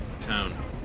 town